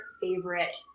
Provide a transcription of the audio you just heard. favorite